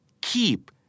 keep